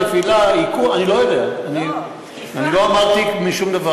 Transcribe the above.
רסיס, נפל, אני לא יודע, או בריצה, אין לי מושג.